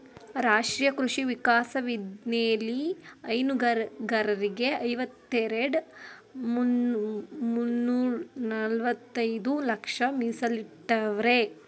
ರಾಷ್ಟ್ರೀಯ ಕೃಷಿ ವಿಕಾಸ ಯೋಜ್ನೆಲಿ ಹೈನುಗಾರರಿಗೆ ಐವತ್ತೆರೆಡ್ ಮುನ್ನೂರ್ನಲವತ್ತೈದು ಲಕ್ಷ ಮೀಸಲಿಟ್ಟವ್ರೆ